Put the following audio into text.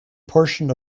portion